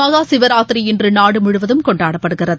மகா சிவராத்திரி இன்று நாடு முழுவதும் கொண்டாடப்படுகிறது